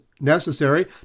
necessary